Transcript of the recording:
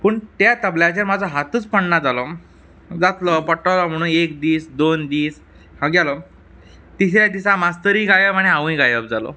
पूण त्या तबल्याचें म्हाका हातच पडना जालो जातलो पडटलो म्हणून एक दीस दोन दीस हांव गेलो तिसऱ्या दिसा मास्तरीक हांवें म्हणलें हांवय गायब जालो